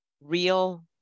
real